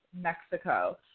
Mexico